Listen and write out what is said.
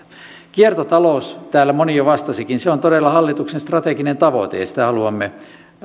kiertotalous täällä moni jo vastasikin se on todella hallituksen strateginen tavoite ja sitä haluamme